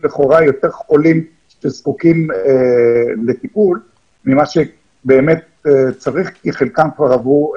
ל מנת שיוכלו לטפל בחולים עם רמת הפיברוזיס הנמוכה מבלי לקבל את